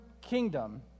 kingdom